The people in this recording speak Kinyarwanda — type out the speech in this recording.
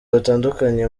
batandukanye